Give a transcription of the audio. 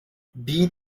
beat